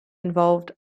involved